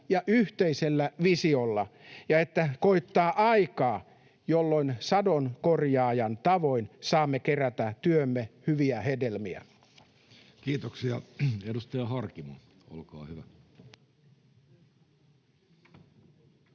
ja yhteisellä visiolla ja että koittaa aika, jolloin Sadonkorjaajan tavoin saamme kerätä työmme hyviä hedelmiä. [Speech 20] Speaker: Jussi Halla-aho